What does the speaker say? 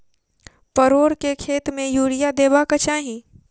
परोर केँ खेत मे यूरिया देबाक चही?